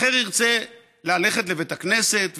אחר ירצה ללכת לבית הכנסת,